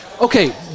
Okay